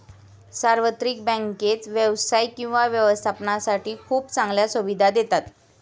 सार्वत्रिक बँकेत व्यवसाय किंवा व्यवस्थापनासाठी खूप चांगल्या सुविधा देतात